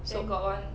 so